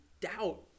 doubt